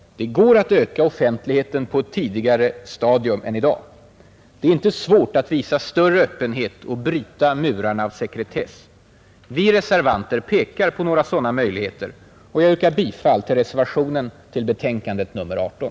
Det går att öka offentligheten på ett tidigare stadium än i dag. Det är inte svårt att visa större öppenhet och bryta murarna av sekretess. Vi reservanter pekar på några sådana möjligheter, och jag yrkar bifall till reservationen till betänkandet nr 18.